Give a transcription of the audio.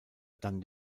dann